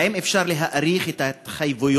האם אפשר להאריך את ההתחייבויות